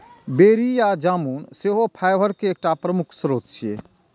बेरी या जामुन सेहो फाइबर के एकटा प्रमुख स्रोत छियै